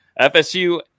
FSU